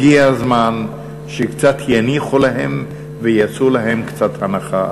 הגיע הזמן שקצת יניחו להם ויעשו להם קצת הנחה.